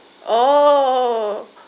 oh